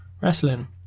wrestling